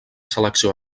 selecció